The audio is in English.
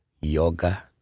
yoga